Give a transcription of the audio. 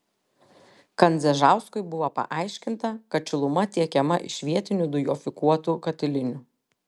kandzežauskui buvo paaiškinta kad šiluma tiekiama iš vietinių dujofikuotų katilinių